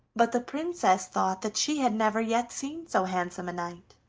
but the princess thought that she had never yet seen so handsome a knight,